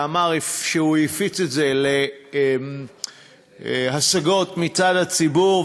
שאמר שהוא הפיץ את זה להשגות מצד הציבור,